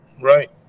Right